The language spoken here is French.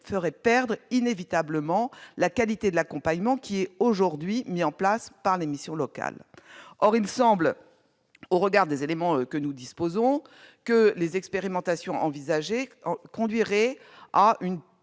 ferait inévitablement perdre la qualité de l'accompagnement aujourd'hui mis en place par les missions locales. Or il semble, au regard des éléments dont nous disposons, que les expérimentations envisagées conduiraient à une